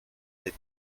des